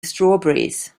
strawberries